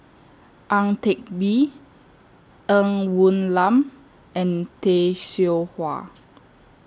Ang Teck Bee Ng Woon Lam and Tay Seow Huah